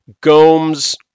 Gomes